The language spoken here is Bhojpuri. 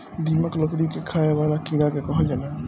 दीमक, लकड़ी के खाए वाला कीड़ा के कहल जाला